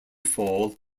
fall